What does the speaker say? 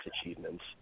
achievements